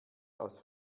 aus